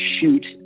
shoot